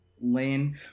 lane